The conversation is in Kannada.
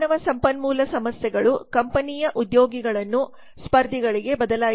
ಮಾನವ ಸಂಪನ್ಮೂಲ ಸಮಸ್ಯೆಗಳು ಕಂಪನಿಯ ಉದ್ಯೋಗಿಗಳನ್ನು ಸ್ಪರ್ಧಿಗಳಿಗೆ ಬದಲಾಯಿಸಬಹುದು